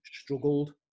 struggled